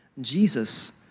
Jesus